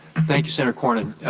thank you senator cornyn.